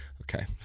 Okay